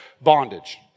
bondage